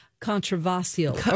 controversial